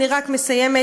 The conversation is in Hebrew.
אני רק מסיימת,